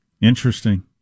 Interesting